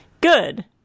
Good